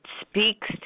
speaks